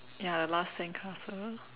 ya the last sandcastle